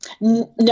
No